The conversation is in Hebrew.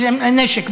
של נשק,